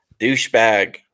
Douchebag